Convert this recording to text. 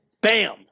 Bam